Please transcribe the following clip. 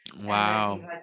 wow